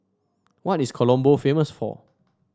what is Colombo famous for